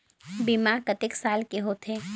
बीमा कतेक साल के होथे?